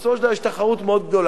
בסופו של דבר יש תחרות מאוד גדולה,